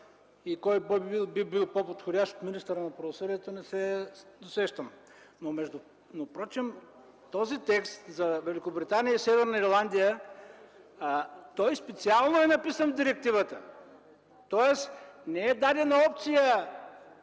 Кой би бил по-подходящ от министъра на правосъдието, не се досещам? Впрочем текстът за Великобритания и Северна Ирландия специално е написан в директивата. Тоест не е дадена опция